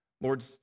Lord